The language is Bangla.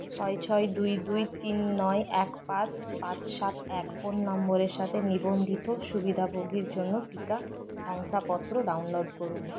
ছয় ছয় দুই দুই তিন নয় এক পাঁচ পাঁচ সাত এক ফোন নম্বরের সাথে নিবন্ধিত সুবিধাভোগীর জন্য টিকা শংসাপত্র ডাউনলোড করুন